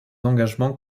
engagements